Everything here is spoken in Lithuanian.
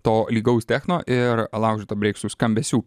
to lygaus techno ir laužyto breiksų skambesių